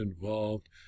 involved